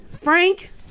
Frank